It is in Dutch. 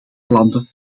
landen